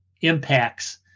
impacts